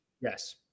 Yes